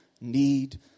need